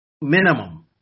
minimum